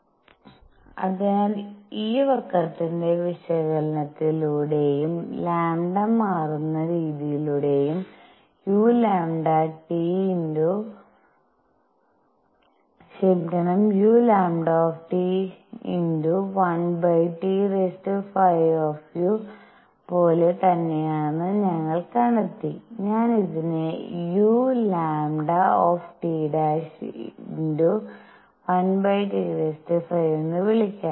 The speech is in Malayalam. അതിനാൽ ഈ വക്രത്തിന്റെ വിശകലനത്തിലൂടെയും ലാംഡ മാറുന്ന രീതിയിലൂടെയും uλΤ1T⁵u പോലെ തന്നെയാണെന്ന് ഞങ്ങൾ കണ്ടെത്തി ഞാൻ ഇതിനെ uλT'1T⁵ എന്ന് വിളിക്കാം